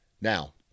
Now